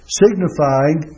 signifying